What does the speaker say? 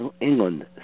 England